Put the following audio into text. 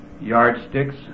yardsticks